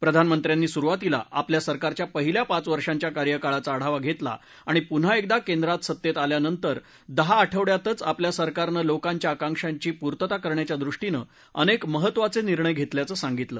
प्रधानमंत्र्यांनी स्रुवातीला आपल्या सरकारच्या पहिल्या पाच वर्षांच्या कार्यकाळाचा आढावा घेतला आणि पुन्हा एकदा केंद्रात सत्तेत आल्या नंतर दहा आठवडयांतच आपल्या सरकारनं लोकांच्या आकांक्षाची पूर्तता करण्याच्या दृष्टीनं अनेक महत्त्वाचे निर्णय घेतल्याचं सांगितलं